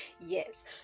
Yes